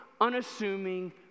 unassuming